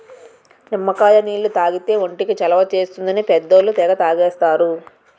నిమ్మకాయ నీళ్లు తాగితే ఒంటికి చలవ చేస్తుందని పెద్దోళ్ళు తెగ తాగేస్తారు